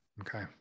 okay